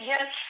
Yes